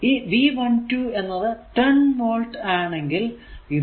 ഈ V12 എന്നത് 10 volt ആണെങ്കിൽ ഇത്